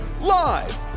Live